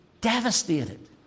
devastated